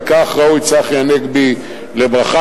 על כך ראוי צחי הנגבי לברכה.